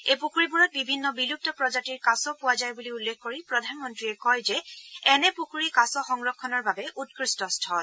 এই পুখুৰীবোৰত বিভিন্ন বিলুপ্ত প্ৰজাতিৰ কাছ পোৱা যায় বুলি উল্লেখ কৰি প্ৰধানমন্ত্ৰীয়ে কয় যে এনে পুখুৰী কাছ সংৰক্ষণৰ বাবে উৎকৃষ্ট স্থল